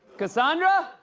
cassandra?